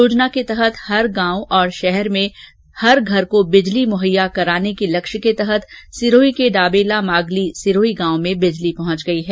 योजना के तहत हर गांव और शहर में घर को बिजली मुहैया कराने के लक्ष्य के तहत सिरोही के डाबेला भागली सिरोही गांव में बिजली पहुंच गयी है